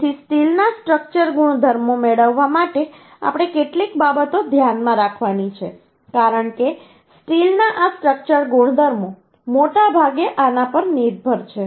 તેથી સ્ટીલના સ્ટ્રક્ચર ગુણધર્મો મેળવવા માટે આપણે કેટલીક બાબતો ધ્યાનમાં રાખવાની છે કારણ કે સ્ટીલના આ સ્ટ્રક્ચર ગુણધર્મો મોટાભાગે આના પર નિર્ભર છે